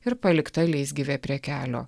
ir palikta leisgyvė prie kelio